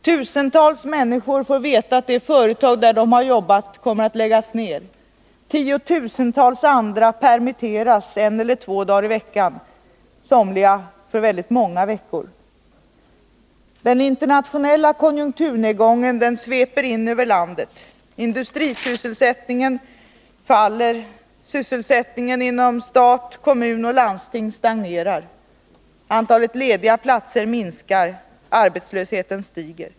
Tusentals människor får veta att det företag där de har jobbat kommer att läggas ned. Tiotusentals andra permitteras en eller två dagar i veckan, somliga för väldigt många veckor. Den internationella konjunkturnedgången sveper in över landet. Industrisysselsättningen faller. Sysselsättningen inom stat, kommun och landsting stagnerar. Antalet lediga platser minskar. Arbetslösheten stiger.